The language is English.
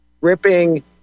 ripping